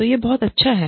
तो यह बहुत अच्छा है